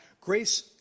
Grace